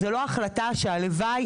זו לא החלטה שהלוואי,